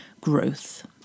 growth